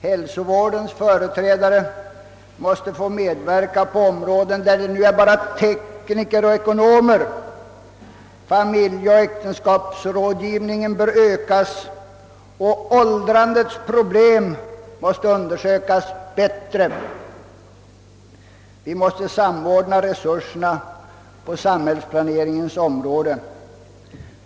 Hälsovårdens företrädare måste få medverka på områden där nu bara tekniker och ekonomer är verksamma, familjeoch äktenskapsrådgivningen bör ökas och åldrandets problem måste bättre undersökas. Vi måste samordna resurerna på samhällsplaneringens område.